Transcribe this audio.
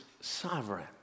sovereign